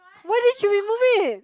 why didn't you remove it